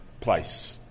place